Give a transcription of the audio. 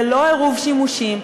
ללא עירוב שימושים,